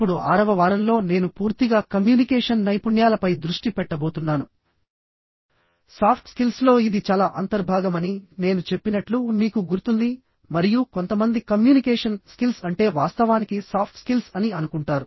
ఇప్పుడు ఆరవ వారంలో నేను పూర్తిగా కమ్యూనికేషన్ నైపుణ్యాలపై దృష్టి పెట్టబోతున్నానుసాఫ్ట్ స్కిల్స్లో ఇది చాలా అంతర్భాగమని నేను చెప్పినట్లు మీకు గుర్తుంది మరియు కొంతమంది కమ్యూనికేషన్ స్కిల్స్ అంటే వాస్తవానికి సాఫ్ట్ స్కిల్స్ అని అనుకుంటారు